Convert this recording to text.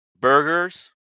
burgers